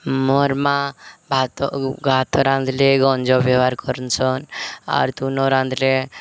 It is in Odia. ମୋର୍ ମା ଭାତ ଭାତ ରାନ୍ଧିଲେ ଗଞ୍ଜ ବ୍ୟବହାର କରସନ୍ ଆର୍ ତୁନ ରାନ୍ଧିଲେ